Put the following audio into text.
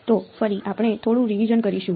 તો ફરી આપણે થોડું રિવિઝન કરીશું